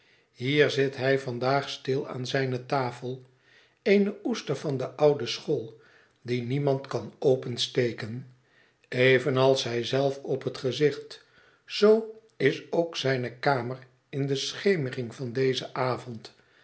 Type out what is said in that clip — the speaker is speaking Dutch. hier zit hij vandaag stil aan zijne tafel eene oester van de oude school die niemand kan opensteken evenals hij zelf op het gezicht zoo is ook zijne kamer in de schemering van dezen avond